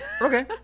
okay